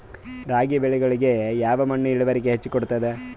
ರಾಗಿ ಬೆಳಿಗೊಳಿಗಿ ಯಾವ ಮಣ್ಣು ಇಳುವರಿ ಹೆಚ್ ಕೊಡ್ತದ?